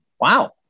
wow